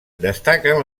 destaquen